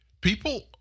People